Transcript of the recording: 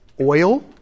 oil